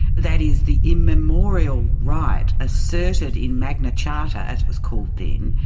that is the immemorial right asserted in magna charter, as it was called then,